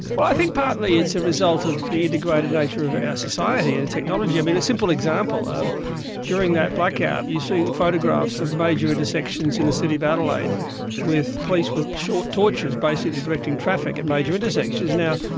i think partly it's a result of the integrated nature of our society and technology. i mean, a simple example, um during that blackout, you see photographs of major intersections in the city of adelaide with police with short torches basically directing traffic at major intersections. now,